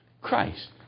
Christ